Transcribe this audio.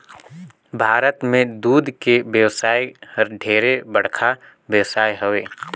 भारत में दूद के बेवसाय हर ढेरे बड़खा बेवसाय हवे